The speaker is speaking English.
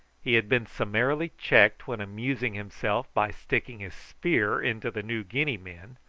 he had been summarily checked when amusing himself by sticking his spear into the new guinea men,